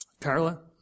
Carla